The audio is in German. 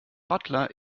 butler